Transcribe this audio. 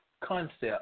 Concept